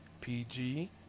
PG